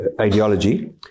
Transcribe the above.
ideology